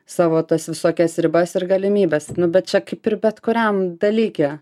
savo tas visokias ribas ir galimybes bet čia kaip ir bet kuriam dalyke